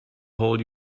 hold